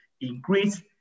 increase